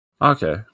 Okay